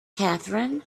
catherine